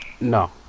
no